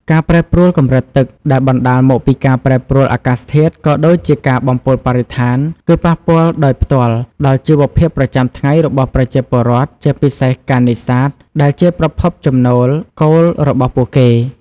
ការប្រែប្រួលកម្រិតទឹក ដែលបណ្តាលមកពីការប្រែប្រួលអាកាសធាតុ ក៏ដូចជាការបំពុលបរិស្ថាន គឺប៉ះពាល់ដោយផ្ទាល់ដល់ជីវភាពប្រចាំថ្ងៃរបស់ប្រជាពលរដ្ឋ ជាពិសេសការនេសាទ ដែលជាប្រភពចំណូលគោលរបស់ពួកគេ។